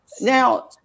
Now